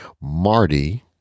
Marty